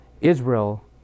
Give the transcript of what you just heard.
Israel